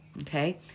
Okay